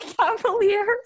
Cavaliers